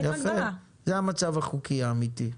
זה המצב החוקי האמיתי.